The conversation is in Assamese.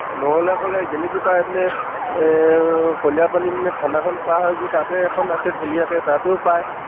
নহ'লে ক'লে গেলেকীৰপৰা এইপিনে কলিয়াপানী বুলি থানাখন পাৰ হৈ গৈ তাতে এখন আছে ধুনীয়াকৈ তাতো পায়